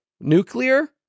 Nuclear